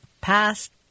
past